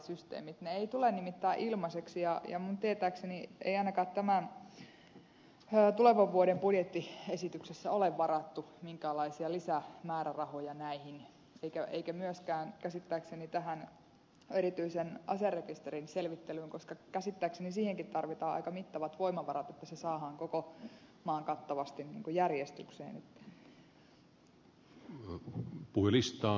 ne eivät tule nimittäin ilmaiseksi ja minun tietääkseni ei ainakaan tulevan vuoden budjettiesityksessä ole varattu minkäänlaisia lisämäärärahoja näihin eikä myöskään käsittääkseni tähän erityisen aserekisterin selvittelyyn koska käsittääkseni siihenkin tarvitaan aika mittavat voimavarat että se saadaan koko maan kattavasti järjestykseen